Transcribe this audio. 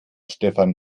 stefan